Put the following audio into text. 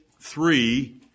three